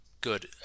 good